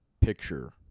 picture